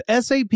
SAP